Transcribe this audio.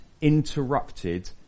interrupted